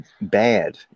bad